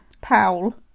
powell